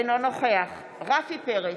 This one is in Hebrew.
אינו נוכח רפי פרץ,